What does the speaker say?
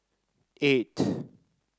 eight